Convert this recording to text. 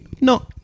No